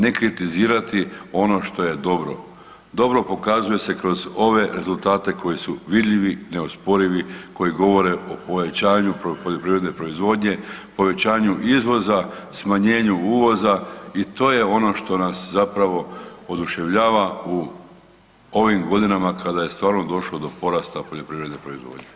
Ne kritizirati ono što je dobro, dobro pokazuje se kroz ove rezultate koji su vidljivi, neosporivi, koji govore o povećanju poljoprivredne proizvodnje, povećanju izvoza, smanjenju uvoza i to je ono što nas zapravo oduševljava u ovim godinama kada je stvarno došlo do porasta poljoprivredne proizvodnje.